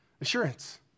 assurance